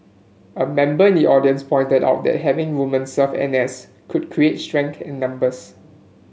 a member in the audience pointed out that having women serve N S could create strength in numbers